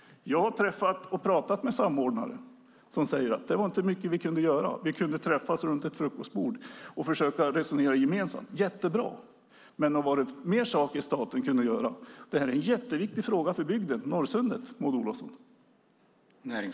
Jag har talat med samordnare som sagt att det inte var mycket de kunde göra. De kunde träffas runt ett frukostbord och försöka resonera tillsammans. Jättebra, men nog kunde staten ha gjort mer? Det här är en jätteviktig fråga för Norrsundet, Maud Olofsson.